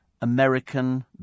American